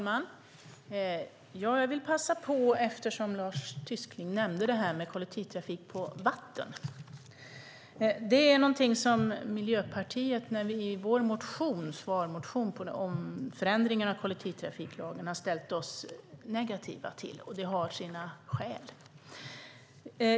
Herr talman! Lars Tysklind nämnde kollektivtrafik på vatten. Det är någonting som vi i Miljöpartiet i vår svarsmotion om förändringar av kollektivtrafiklagen har ställt oss negativa till, och det har sina skäl.